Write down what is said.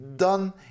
done